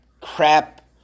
crap